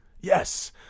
Yes